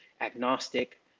agnostic